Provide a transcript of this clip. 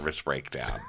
breakdown